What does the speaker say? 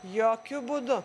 jokiu būdu